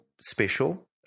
special